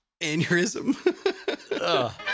aneurysm